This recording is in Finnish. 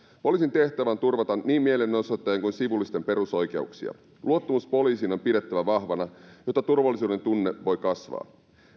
poliisin tehtävä on turvata niin mielenosoittajien kuin sivullisten perusoikeuksia luottamus poliisiin on pidettävä vahvana jotta turvallisuuden tunne voi kasvaa